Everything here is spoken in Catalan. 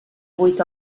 vuit